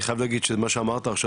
אני חייב להגיד שמה שאמרת עכשיו,